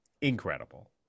Incredible